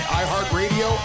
iHeartRadio